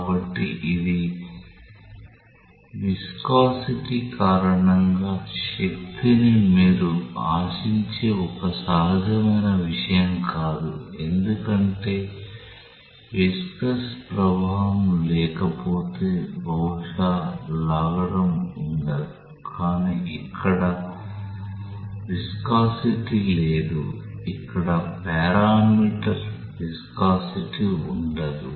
కాబట్టి ఇది విస్కోసిటీ కారణంగా శక్తిని మీరు ఆశించే ఒక సహజమైన విషయం కాదు ఎందుకంటే విస్కాస్ ప్రభావం లేకపోతే బహుశా లాగడం ఉండదు కానీ ఇక్కడ విస్కోసిటీ లేదు ఇక్కడ పారామీటర్ విస్కోసిటీ ఉండదు